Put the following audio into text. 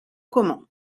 comment